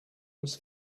was